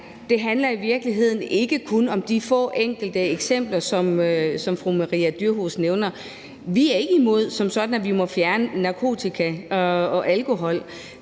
Det her handler ikke kun om de få eksempler, som fru Maria Durhuus nævner. Vi er som sådan ikke imod, at man må fjerne narkotika og alkohol.